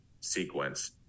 sequence